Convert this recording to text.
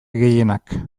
gehienak